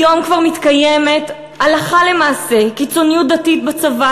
היום כבר מתקיימת הלכה למעשה קיצוניות דתית בצבא,